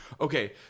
Okay